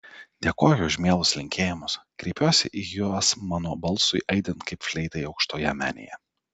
dėkoju už mielus linkėjimus kreipiuosi į juos mano balsui aidint kaip fleitai aukštoje menėje